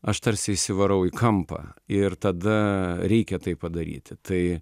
aš tarsi įsivarau į kampą ir tada reikia tai padaryti tai